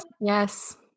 Yes